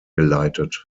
geleitet